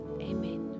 Amen